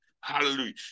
Hallelujah